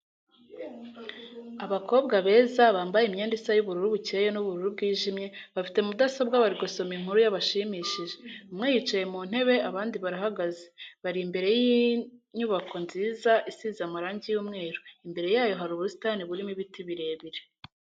Abakobwa beza bambaye imyenda isa y'ubururu bukeye n'ubururu bwijimye, bafite mudasobwa bari gusoma inkuru yabashimishije, umwe yicaye mu ntebe abandi barahagaze, bari imbere y'inybako nziza isize amarangi y'umweru, imbere yayo hari ubusitani burimo ibiti birebire.